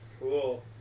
Cool